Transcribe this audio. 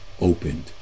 opened